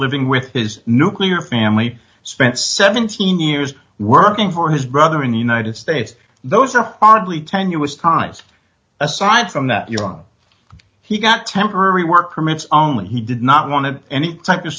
living with his nuclear family spent seventeen years working for his brother in the united states those are hardly tenuous times aside from that you're wrong he got temporary work permits only he did not want to any type of